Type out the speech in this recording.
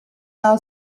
now